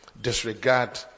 disregard